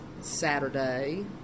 Saturday